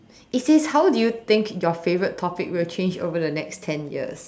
it says how do you think your favourite topic will change over the next ten years